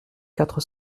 quatre